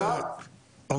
או